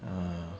ah